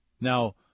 Now